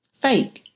fake